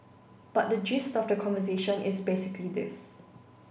but the gist of the conversation is basically this